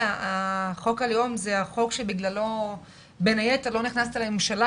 חוק הלאום זה החוק שבגללו בין היתר לא נכנסתי לממשלה,